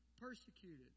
persecuted